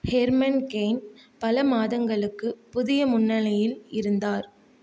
Herman Cain பல மாதங்களுக்கு புதிய முன்னணியில் இருந்தார்